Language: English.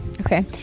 okay